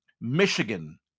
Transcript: michigan